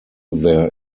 their